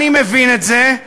אני מבין את זה,